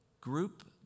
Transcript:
group